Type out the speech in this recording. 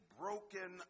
broken